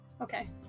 Okay